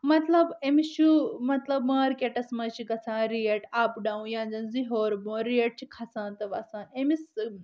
مطلب أمس چھُ مطلب مارکیٚٹس منٛز چھِ گژھان ریٹ اپ ڈوُن یا زن تہِ ہیٚور بۄن یا ریٹ چھِ کھسان تہٕ وسان أمس